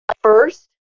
first